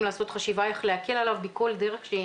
לעשות חשיבה איך להקל עליו בכל דרך שהיא,